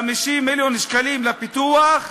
מיליון שקלים לפיתוח,